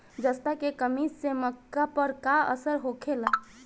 जस्ता के कमी से मक्का पर का असर होखेला?